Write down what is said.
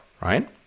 right